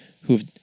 who've